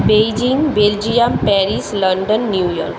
Beijing Belgium Paris London New York